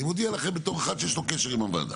אני מודיע זאת בתור אחד שיש לו קשר עם הוועדה,